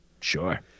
Sure